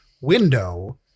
window